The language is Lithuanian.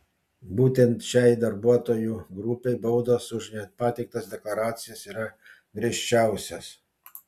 būtent šiai darbuotojų grupei baudos už nepateiktas deklaracijas yra griežčiausios